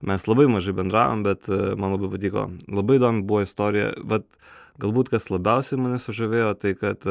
mes labai mažai bendravom bet man labai patiko labai įdomi buvo istorija vat galbūt kas labiausiai mane sužavėjo tai kad